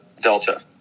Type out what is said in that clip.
Delta